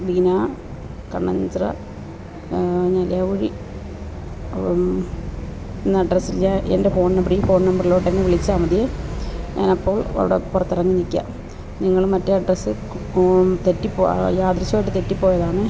ബീന കണ്ണഞ്ചിറ നെലാവുഴി എന്ന അഡ്രസ്സില് എൻ്റെ ഫോൺ നമ്പറിൽ ഈ ഫോൺ നമ്പറിലോട്ട് എന്നെ വിളിച്ചാല് മതിയെ ഞാൻ അപ്പോൾ അവിടെ പുറത്തിറങ്ങി നില്ക്കാം നിങ്ങള് മറ്റേ അഡ്രസ്സ് തെറ്റിപ്പോയി യാദൃച്ഛികമായിട്ട് തെറ്റിപ്പോയതാണേ